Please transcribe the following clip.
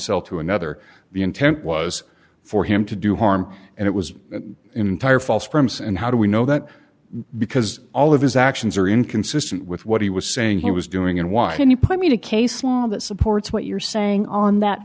cell to another the intent was for him to do harm and it was an entire false firms and how do we know that because all of his actions are inconsistent with what he was saying he was doing and why don't you point me to case law that supports what you're saying on that